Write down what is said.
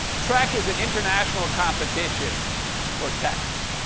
trec is an international competition for text.